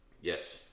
Yes